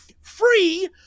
free